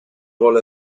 volle